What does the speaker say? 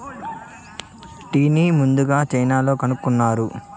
టీని ముందుగ చైనాలో కనుక్కున్నారు